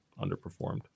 underperformed